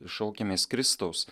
šaukiamės kristaus